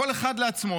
כל אחד לעצמו,